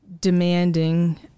demanding